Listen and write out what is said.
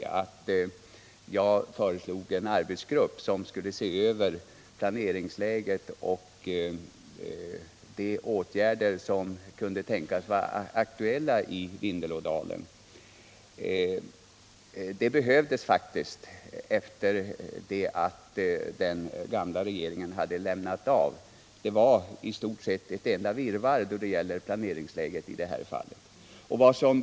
för att jag föreslog tillsättandet av den arbetsgrupp som skulle se över planeringsläget och de åtgärder som kunde tänkas vara aktuella i Vindelådalen. Det behövdes faktiskt sedan den gamla regeringen hade lämnat av. Då var planeringstäget i stort sett ett enda virrvarr.